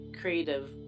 creative